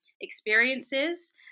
experiences